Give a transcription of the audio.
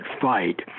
fight